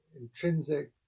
intrinsic